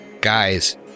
guys